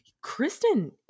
Kristen